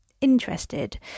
interested